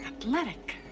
athletic